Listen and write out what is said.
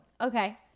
okay